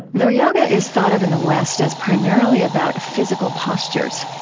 though yoga is thought of in the west as primarily about physical postures,